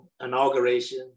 inauguration